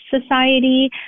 Society